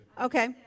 Okay